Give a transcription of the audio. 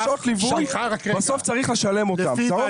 צריך לשלם.